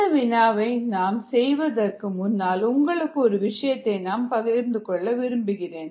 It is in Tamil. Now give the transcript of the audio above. இந்த வினாவை நாம் செய்வதற்கு முன்னால் உங்களுக்கு ஒரு விஷயத்தை நான் பகிர்ந்து கொள்ள விரும்புகிறேன்